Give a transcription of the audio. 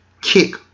kick